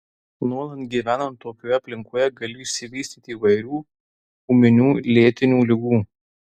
nuolat gyvenant tokioje aplinkoje gali išsivystyti įvairių ūminių lėtinių ligų